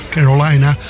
Carolina